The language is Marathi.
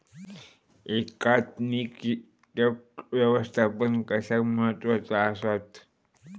एकात्मिक कीटक व्यवस्थापन कशाक महत्वाचे आसत?